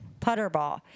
putterball